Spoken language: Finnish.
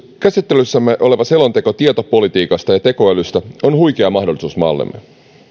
käsittelyssämme oleva selonteko tietopolitiikasta ja tekoälystä on huikea mahdollisuus maallemme